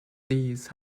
these